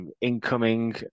incoming